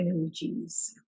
energies